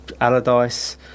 Allardyce